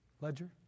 ledger